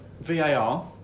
VAR